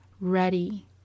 ready